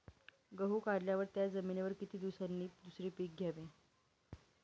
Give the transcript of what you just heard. गहू काढल्यावर त्या जमिनीवर किती दिवसांनी दुसरे पीक घ्यावे?